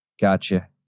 Gotcha